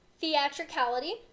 theatricality